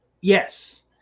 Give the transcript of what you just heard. Yes